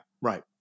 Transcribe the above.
right